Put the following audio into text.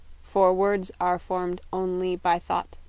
for words are formed on-ly by thought.